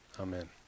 Amen